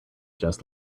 just